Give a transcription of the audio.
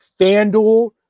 FanDuel